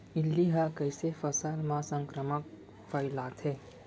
इल्ली ह कइसे फसल म संक्रमण फइलाथे?